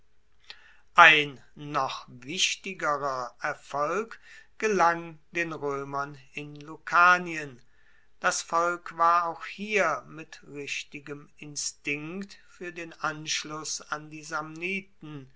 ein noch wichtigerer erfolg gelang den roemern in lucanien das volk war auch hier mit richtigem instinkt fuer den anschluss an die samniten